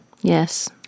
Yes